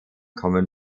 kommen